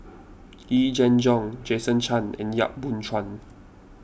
Yee Jenn Jong Jason Chan and Yap Boon Chuan